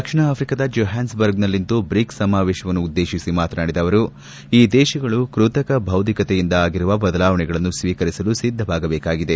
ದಕ್ಷಿಣ ಆಫ್ರಿಕಾದ ಜೋಹಾನ್ಸ್ಬರ್ಗ್ನಲ್ಲಿಂದು ಬ್ರಿಕ್ಸ್ ಸಮಾವೇಶವನ್ನು ಉದ್ಲೇತಿಸಿ ಮಾತನಾಡಿದ ಅವರು ಈ ದೇಶಗಳು ಕೃತಕ ಭೌತಿಕತೆಯಿಂದ ಆಗಿರುವ ಬದಲಾವಣೆಗಳನ್ನು ಸ್ನೀಕರಿಸಲು ಸಿದ್ದವಾಗಬೇಕಾಗಿದೆ